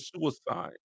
suicide